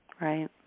Right